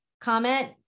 comment